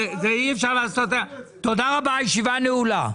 תודה רבה, הישיבה נעולה.